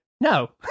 no